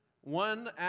one